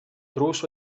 drws